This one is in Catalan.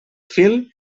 fil